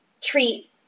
treat